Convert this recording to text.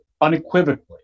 Unequivocally